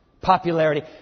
popularity